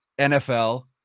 NFL